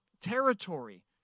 territory